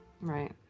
Right